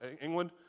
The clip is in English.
England